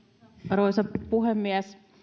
arvoisa puhemies